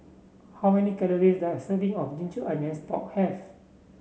how many calories does a serving of Ginger Onions Pork have